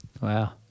Wow